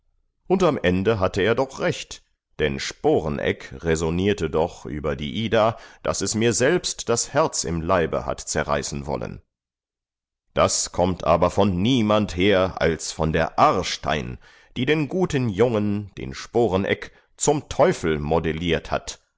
und am ende hatte er doch recht denn sporeneck räsonierte doch über die ida daß es mir selbst das herz im leibe hat zerreißen wollen das kommt aber von niemand her als von der aarstein die den guten jungen den sporeneck zum teufel modelliert hat